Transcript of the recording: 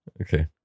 Okay